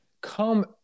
Come